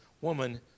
woman